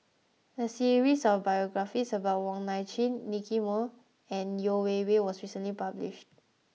a series of biographies about Wong Nai Chin Nicky Moey and Yeo Wei Wei was recently published